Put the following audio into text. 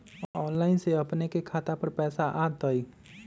Online से अपने के खाता पर पैसा आ तई?